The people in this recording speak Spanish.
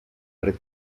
red